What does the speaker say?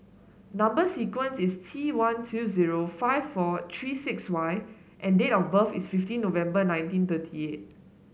number sequence is T one two zero five four three six Y and date of birth is fifteen November nineteen thirty eight